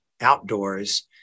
outdoors